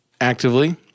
actively